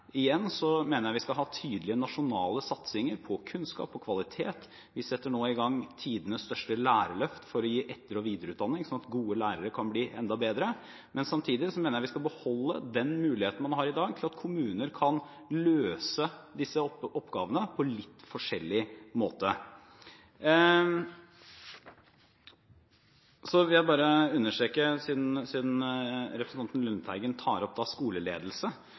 mener jeg at vi skal ha tydelige nasjonale satsinger på kunnskap og kvalitet. Vi setter nå i gang tidenes største lærerløft for å gi etter- og videreutdanning, sånn at gode lærere kan bli enda bedre, men samtidig mener jeg vi skal beholde den muligheten man har i dag til at kommuner kan løse disse oppgavene på litt forskjellig måte. Jeg vil bare understreke, siden representanten Lundteigen tar opp skoleledelse,